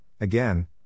again